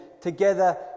together